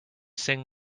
sing